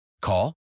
Call